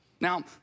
Now